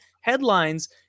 headlines